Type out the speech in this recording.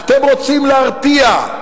אתם רוצים להרתיע,